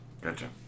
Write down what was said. Gotcha